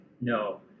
no